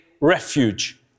refuge